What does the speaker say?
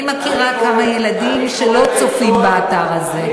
אני מכירה כמה ילדים שלא צופים באתר הזה.